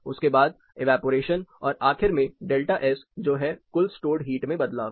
उसके बाद इवेपरेशन और आखिर में डेल्टा एस जो है कुल स्टॉर्ड हीट में बदलाव